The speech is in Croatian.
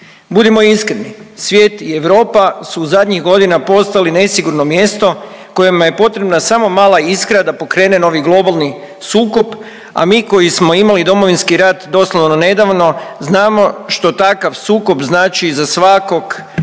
Budimo iskreni, svijet i Europa su zadnjih godina postali nesigurno mjesto kojima je potrebna samo mala iskra da pokrene novi globalni sukob, a mi koji smo imali Domovinski rat doslovno nedavno, znamo što takav sukob znači za svakog